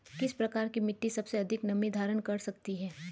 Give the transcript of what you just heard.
किस प्रकार की मिट्टी सबसे अधिक नमी धारण कर सकती है?